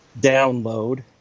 Download